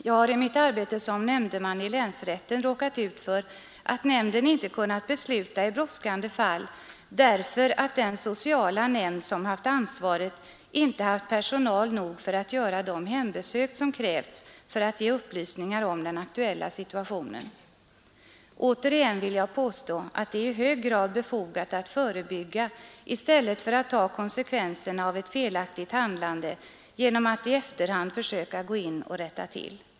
Jag har i mitt arbete som nämndeman i länsrätten råkat ut för att nämnden inte kunnat besluta i brådskande fall, därför att den sociala nämnd som haft ansvaret inte haft personal nog för att göra de hembesök som krävts för att ge upplysningar om den aktuella situationen. Återigen vill jag påstå att det är i hög grad befogat att förebygga i stället för att ta konsekvenserna av ett felaktigt handlande genom att i efterhand försöka gå in och rätta till.